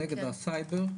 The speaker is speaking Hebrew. נגד הסייבר,